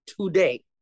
today